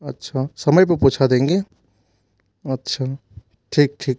अच्छा समय पर पहुँचा देंगे अच्छा ठीक ठीक ठीक